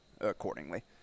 accordingly